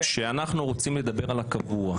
שאנחנו רוצים לדבר על הקבוע.